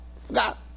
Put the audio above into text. Forgot